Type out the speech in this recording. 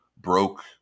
broke